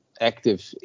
active